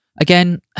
again